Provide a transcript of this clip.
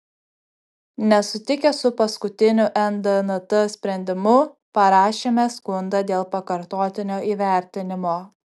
nesutikę su paskutiniu ndnt sprendimu parašėme skundą dėl pakartotinio įvertinimo